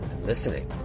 Listening